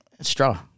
Straw